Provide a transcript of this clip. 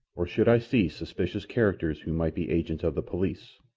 or should i see suspicious characters who might be agents of the police,